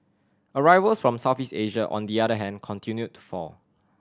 arrivals from Southeast Asia on the other hand continued to fall